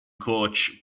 coach